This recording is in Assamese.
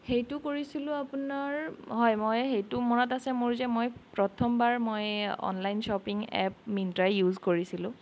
সেইটো কৰিছিলোঁ আপোনাৰ হয় মই সেইটো মনত আছে মোৰ যে মই প্ৰথমবাৰ মই online shopping app Myntra use কৰিছিলোঁ